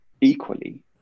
equally